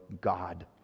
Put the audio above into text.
God